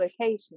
location